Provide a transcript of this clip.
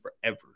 forever